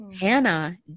Hannah